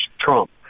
Trump